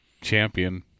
champion